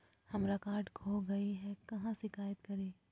हमरा कार्ड खो गई है, कहाँ शिकायत करी?